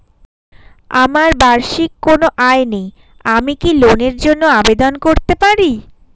আমার বার্ষিক কোন আয় নেই আমি কি লোনের জন্য আবেদন করতে পারি?